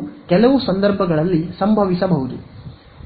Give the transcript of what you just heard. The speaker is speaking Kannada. ಅವು ಕೆಲವು ಸಂದರ್ಭಗಳಲ್ಲಿ ಸಂಭವಿಸಬಹುದು